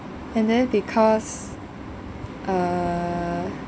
and then because uh